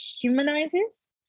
humanizes